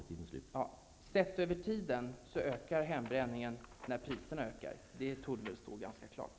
Sett över tiden ökar hembränningen när priserna ökar. Det torde väl stå ganska klart.